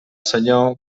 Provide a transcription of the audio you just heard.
senyor